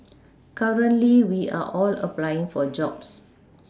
currently we are all applying for jobs